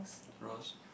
Ross